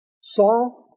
Saul